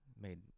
made